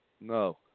No